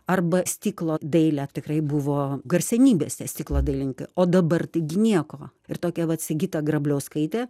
arba stiklo dailė tikrai buvo garsenybės tie stiklo dailininkai o dabar taigi nieko ir tokia vat sigita grabliauskaitė